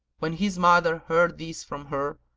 when his mother heard this from her,